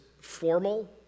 formal